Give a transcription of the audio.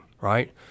right